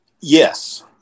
yes